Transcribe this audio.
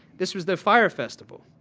this was the fire festival.